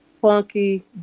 funky